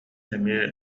эмиэ